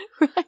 Right